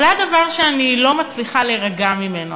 אבל היה דבר שאני לא מצליחה להירגע ממנו,